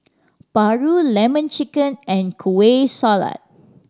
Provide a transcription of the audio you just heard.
paru Lemon Chicken and Kueh Salat